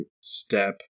step